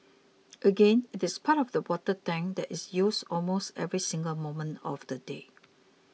again it is part of the water tank that is used almost every single moment of the day